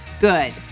Good